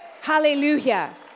Hallelujah